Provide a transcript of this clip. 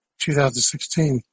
2016